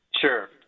Sure